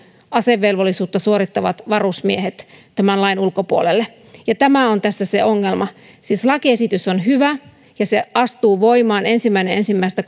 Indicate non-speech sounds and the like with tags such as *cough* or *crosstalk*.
asevelvollisuutta suorittavat varusmiehet täysin tämän lain ulkopuolelle ja tämä on tässä se ongelma siis lakiesitys on hyvä ja se astuu voimaan ensimmäinen ensimmäistä *unintelligible*